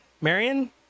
Marion